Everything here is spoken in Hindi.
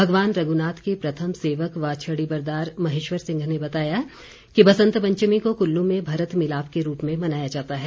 भगवान रघ्नाथ के प्रथम सेवक व छड़ीबरदार महेश्वर सिंह ने बताया कि बसंत पंचमी को कुल्लू में भरत मिलाप के रूप में मनाया जाता है